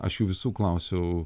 aš jų visų klausiau